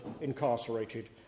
incarcerated